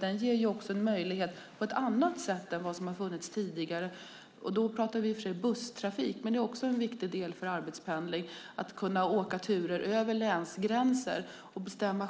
Den ger en möjlighet på ett annat sätt än vad som har funnits tidigare - i och för sig när det gäller busstrafik, men det är också en viktig del för arbetspendling - att åka turer över länsgränser och själv bestämma